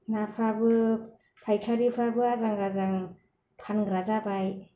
नाफ्राबो फायखारिफ्राबो आजां गाजां फानग्रा जाबाय